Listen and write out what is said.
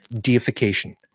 deification